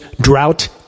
drought